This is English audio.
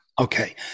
Okay